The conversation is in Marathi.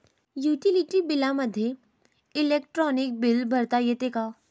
युटिलिटी बिलामध्ये इलेक्ट्रॉनिक बिल भरता येते का?